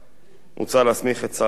מוצע להסמיך את שר המשפטים לקבוע,